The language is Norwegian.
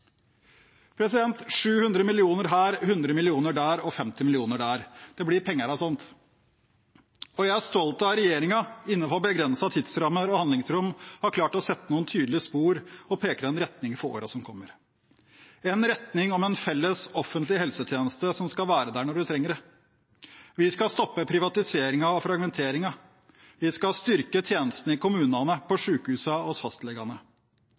100 mill. kr der og 50 mill. kr der – det blir penger av sånt. Jeg er stolt av at regjeringen, innenfor begrensede tidsrammer og handlingsrom, har klart å sette noen tydelige spor og peker ut en retning for årene som kommer – en retning om en felles offentlig helsetjeneste som skal være der når en trenger den. Vi skal stoppe privatiseringen og fragmenteringen. Vi skal styrke tjenestene i kommunene, på sykehusene og hos fastlegene.